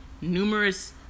Numerous